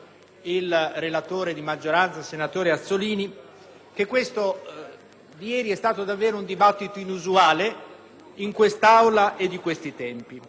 il relatore di maggioranza, senatore Azzollini - che quello di ieri è stato davvero un dibattito inusuale in quest'Aula e di questi tempi.